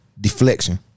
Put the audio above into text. deflection